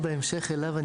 בהמשך אליו,